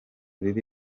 bibi